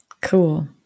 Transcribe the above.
cool